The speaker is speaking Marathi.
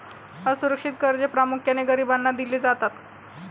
असुरक्षित कर्जे प्रामुख्याने गरिबांना दिली जातात